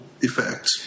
effect